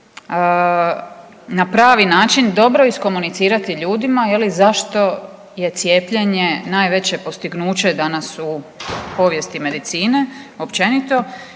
na pravi način dobro iskomunicirati ljudima zašto je cijepljenje najveće postignuće danas u povijesti medicine općenito